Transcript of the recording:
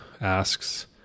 asks